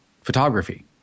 photography